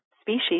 species